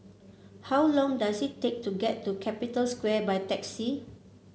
how long does it take to get to Capital Square by taxi